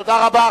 תודה רבה.